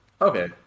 Okay